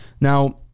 now